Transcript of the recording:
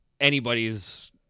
anybody's –